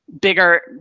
bigger